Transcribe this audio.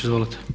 Izvolite.